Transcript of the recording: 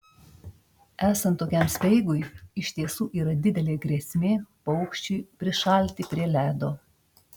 esant tokiam speigui iš tiesų yra didelė grėsmė paukščiui prišalti prie ledo